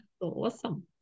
Awesome